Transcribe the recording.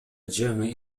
жаңы